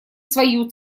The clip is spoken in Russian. свою